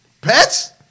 Pets